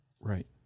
Right